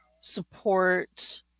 support